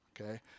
okay